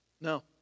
no